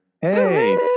Hey